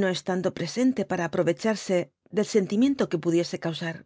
no estando presente para aprovecharse del sentimiento que pudiese cautomo